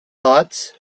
thoughts